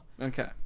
Okay